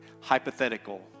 hypothetical